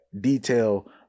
detail